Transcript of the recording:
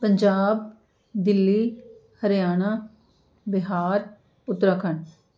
Punjab Delhi Haryana Bihar Uttarakhand